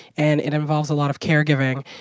and it involves a lot of caregiving.